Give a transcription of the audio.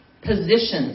positions